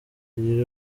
iri